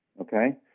okay